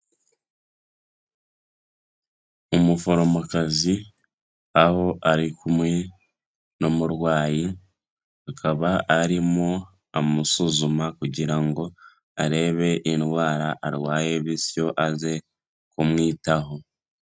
Umuforomokazi aho ari kumwe n'umurwayi, akaba arimo amusuzuma kugira ngo arebe indwara arwaye bityo aze kumwitaho.